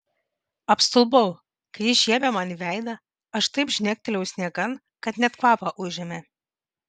apstulbau kai jis žiebė man į veidą aš taip žnektelėjau sniegan kad net kvapą užėmė